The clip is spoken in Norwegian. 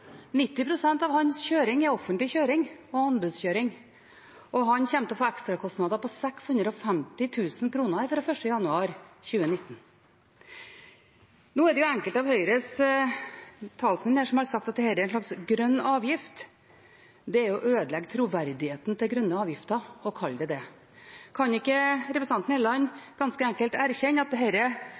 pst. av hans kjøring er offentlig kjøring og anbudskjøring, og han kommer til å få ekstrakostnader på 650 000 kr fra 1. januar 2019. Nå har enkelte av Høyres talsmenn her sagt at dette er en slags grønn avgift. Det er å ødelegge troverdigheten til grønne avgifter å kalle det det. Kan ikke representanten Helleland ganske enkelt erkjenne at